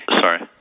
Sorry